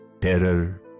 terror